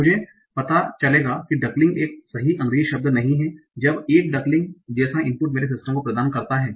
तो मुझे कैसे पता चलेगा कि डकलिंग एक सही अंग्रेजी शब्द नहीं है जब एक डकलिंग जैसा इनपुट मेरे सिस्टम को प्रदान करता है